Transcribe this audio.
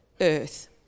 earth